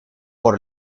por